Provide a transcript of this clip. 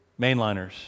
mainliners